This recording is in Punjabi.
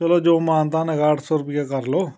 ਚਲੋ ਜੋ ਮਾਨ ਤਾਨ ਹੈਗਾ ਅੱਠ ਸੌ ਰੁਪਈਆ ਕਰ ਲਉ